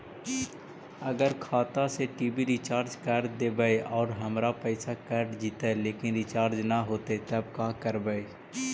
अगर खाता से टी.वी रिचार्ज कर देबै और हमर पैसा कट जितै लेकिन रिचार्ज न होतै तब का करबइ?